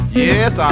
yes